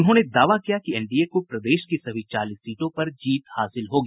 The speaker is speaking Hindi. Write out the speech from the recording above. उन्होंने दावा किया कि एनडीए को प्रदेश की सभी चालीस सीटों पर जीत हासिल होगी